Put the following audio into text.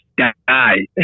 die